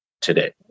today